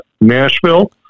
Nashville